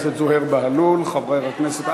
חבר הכנסת זוהיר בהלול, חבר הכנסת,